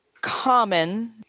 common